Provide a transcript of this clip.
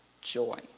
joy